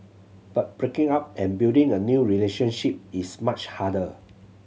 but breaking up and building a new relationship is much harder